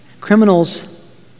Criminals